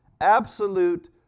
absolute